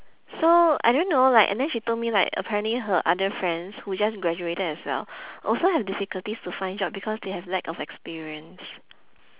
so I don't know like and then she told me like apparently her other friends who just graduated as well also have difficulties to find job because they have lack of experience